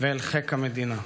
ואל חיק המדינה.